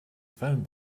phone